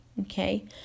okay